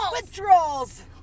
Withdrawals